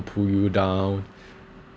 pull you down